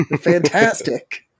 Fantastic